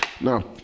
Now